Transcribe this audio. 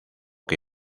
que